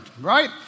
right